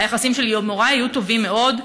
היחסים שלי עם הוריי היו טובים מאוד.